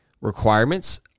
requirements